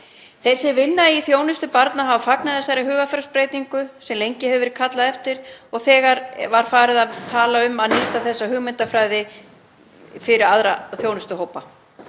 sem vinna við þjónustu barna hafa fagnað þessari hugarfarsbreytingu sem lengi hefur verið kallað eftir og þegar var farið að tala um að nýta þessa hugmyndafræði fyrir aðra þjónustuhópa.